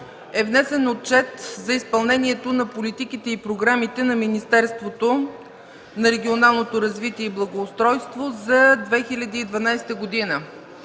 е внесен Отчет за изпълнението на политиките и програмите на Министерството на регионалното развитие и благоустройството за 2012 г.